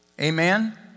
Amen